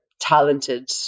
talented